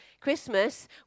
Christmas